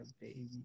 baby